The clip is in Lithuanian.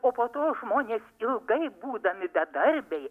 o po to žmonės ilgai būdami bedarbiai